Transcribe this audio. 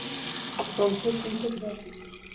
कौन सी कौन सी की है